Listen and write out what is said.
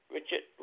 Richard